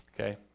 Okay